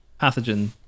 pathogen